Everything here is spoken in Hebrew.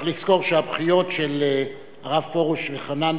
צריך לזכור שהבכיות של הרב פרוש וחנן